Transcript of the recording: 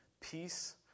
peace